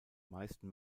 meisten